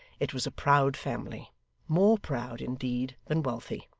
it was a proud family more proud, indeed, than wealthy.